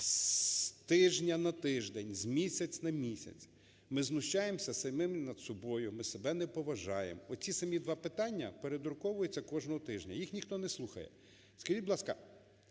З тижня на тиждень, з місяць на місяць ми знущаємося самі над собою, ми себе не поважаємо. Оці самі два питання передруковуються кожного тижня, їх ніхто не слухає. Скажіть, будь ласка,